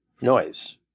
noise